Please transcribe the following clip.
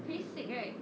pretty sick right